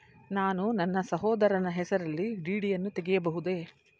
ನಾನು ನನ್ನ ಸಹೋದರನ ಹೆಸರಿನಲ್ಲಿ ಡಿ.ಡಿ ಯನ್ನು ತೆಗೆಯಬಹುದೇ?